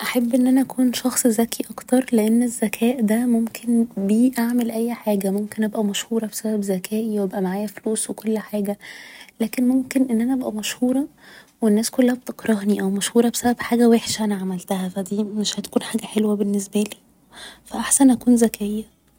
احب ان أنا أكون شخص ذكي اكتر لان الذكاء ده ممكن بيه اعمل اي حاجة ممكن أبقى مشهورة بسبب ذكائي و أبقى معايا فلوس و كل حاجة لكن ممكن أن أنا أبقى مشهورة والناس كلها بتكرهني او مشهورة بسبب حاجة وحشة أنا عملتها ف دي مش هتكون حاجة حلوة بالنسبالي ف احسن أكون ذكية